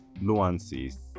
nuances